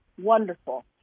wonderful